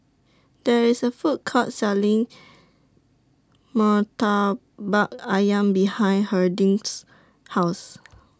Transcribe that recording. There IS A Food Court Selling Murtabak Ayam behind Harding's House